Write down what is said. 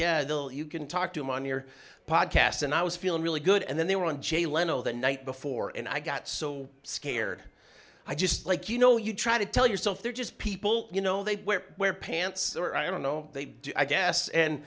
yeah you can talk to him on your podcast and i was feeling really good and then they were on jay leno the night before and i got so scared i just like you know you try to tell yourself they're just people you know they wear pants i don't know they do i guess and